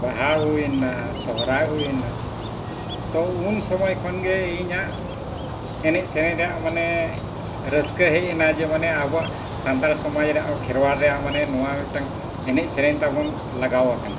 ᱵᱟᱦᱟ ᱦᱩᱭᱮᱱᱟ ᱥᱚᱦᱨᱟᱭ ᱦᱩᱭᱮᱱᱟ ᱛᱚ ᱩᱱ ᱥᱚᱢᱚᱭ ᱠᱷᱚᱱ ᱜᱮ ᱤᱧᱟᱹᱜ ᱮᱱᱮᱡ ᱥᱮᱨᱮᱧ ᱨᱮᱭᱟᱜ ᱢᱟᱱᱮ ᱨᱟᱹᱥᱠᱟᱹ ᱦᱮᱡ ᱮᱱᱟ ᱡᱮ ᱢᱟᱱᱮ ᱟᱵᱚᱣᱟᱜ ᱥᱟᱱᱛᱟᱲ ᱥᱚᱢᱟᱡᱽ ᱨᱮᱭᱟᱜ ᱠᱷᱮᱨᱣᱟᱲ ᱨᱮᱭᱟᱜ ᱢᱟᱱᱮ ᱱᱚᱣᱟ ᱢᱤᱫᱴᱟᱝ ᱮᱱᱮᱡ ᱥᱮᱨᱮᱧ ᱛᱟᱵᱚᱱ ᱞᱟᱜᱟᱣ ᱟᱠᱟᱱᱟ